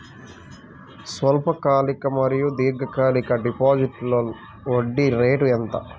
స్వల్పకాలిక మరియు దీర్ఘకాలిక డిపోజిట్స్లో వడ్డీ రేటు ఎంత?